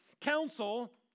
council